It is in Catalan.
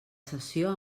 sessió